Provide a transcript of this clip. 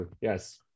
Yes